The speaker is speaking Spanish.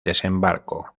desembarco